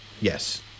Yes